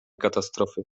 katastrofy